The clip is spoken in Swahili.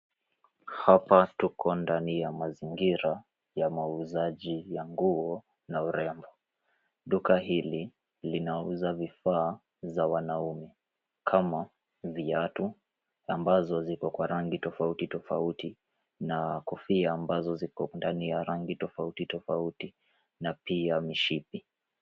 Hapa tuko ndani ya mazingira ya mauzaji ya nguo na urembo. Duka hili linauza vifaa za wanaume kama viatu ambazo ziko kwa rangi tofauti tofauti na kofia ambazo ziko ndani ya rangi tofauti tofauti na pia mishipi.